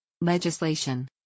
Legislation